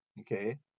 okay